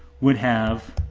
would have